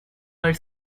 her